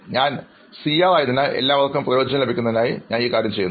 ഞാൻ C R ആയതിനാൽ എല്ലാവർക്കും പ്രയോജനം ലഭിക്കുന്നതിനായി ഞാൻ ഈ കാര്യം ചെയ്യുന്നു